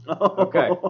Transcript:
Okay